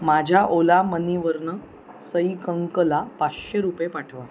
माझ्या ओला मनीवरून सई कंकला पाचशे रुपये पाठवा